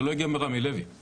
זה לא הגיע מרמי לוי.